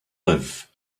live